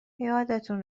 یادتون